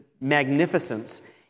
magnificence